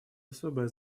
особое